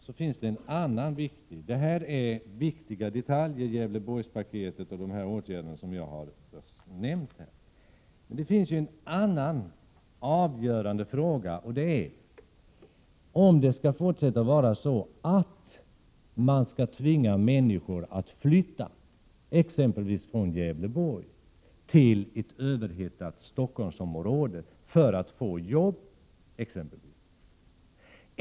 Jag har här nämnt en del viktiga detaljer i Gävleborgspaketet. Det finns emellertid en annan avgörande fråga: Skall man fortsätta att tvinga människor att flytta från exempelvis Gävleborg till det överhettade Stockholmsområdet för att de skall kunna få jobb?